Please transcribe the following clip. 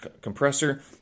Compressor